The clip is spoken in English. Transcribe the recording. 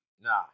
Nah